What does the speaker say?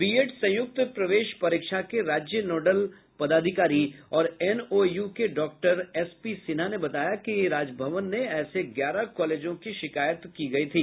BEd संयुक्त प्रवेश परीक्षा के राज्य नॉडल पदाधिकारी और एनओयू के डॉक्टर एस पी सिन्हा ने बताया कि राजभवन से ऐसे ग्यारह कालेजों की शिकायत की गयी थी